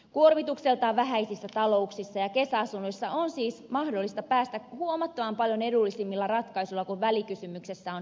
kuormitukseltaan vähäisissä talouksissa ja kesäasunnoissa on siis mahdollista päästä huomattavan paljon edullisemmilla ratkaisuilla kuin välikysymyksessä on esitetty